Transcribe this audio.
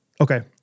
Okay